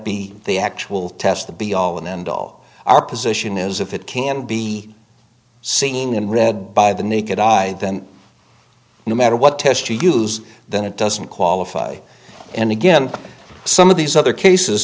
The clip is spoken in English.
be the actual test the be all and end all our position is if it can be seen and read by the naked eye then no matter what test you use then it doesn't qualify and again some of these other cases